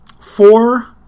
four